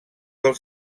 del